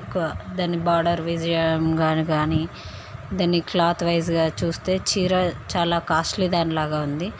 ఎక్కువ దాని బార్డర్ వైస్గా కానీ దాన్ని క్లాత్ వైస్గా చూస్తే చీర చాలా కాస్ట్లీ దానిలాగ ఉంది